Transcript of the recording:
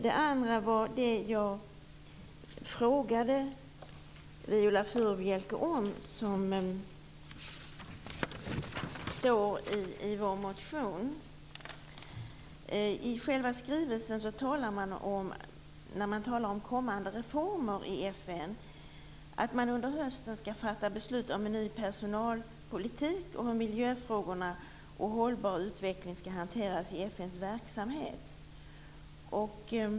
Det andra är det jag frågade Viola Furubjelke om och som står i vår motion. I själva skrivelsen talar man om, när det talas om kommande reformer i FN, att man under hösten kommer att fatta beslut om en ny personalpolitik och om hur miljöfrågorna och en hållbar utveckling skall hanteras i FN:s verksamhet.